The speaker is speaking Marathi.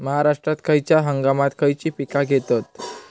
महाराष्ट्रात खयच्या हंगामांत खयची पीका घेतत?